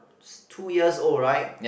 two years old right